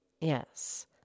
Yes